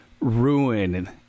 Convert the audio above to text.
ruin